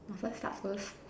must I start first